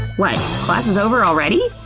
what? class is over already?